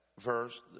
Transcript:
verse